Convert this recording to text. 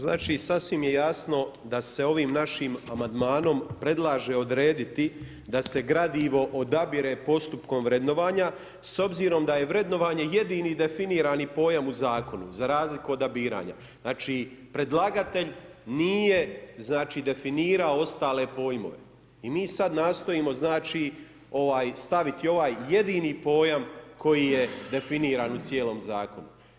Znači, sasvim je jasno da se ovim našim amandmanom predlaže odrediti da se gradivo odabire postupkom vrednovanja s obzirom da je vrednovanje jedini definirani pojam u Zakonu, za razliku od ... Znači, predlagatelj nije definirao ostalo pojmove i mi sad nastojimo znači, staviti ovaj jedini pojam koji je definiran u cijelom Zakonu.